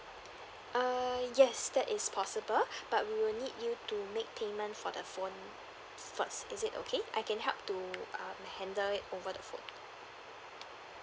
err yes that is possible but we will need you to make payment for the phone first is it okay I can help to um handle it over the phone